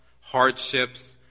hardships